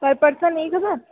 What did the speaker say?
پر person ایک ہزار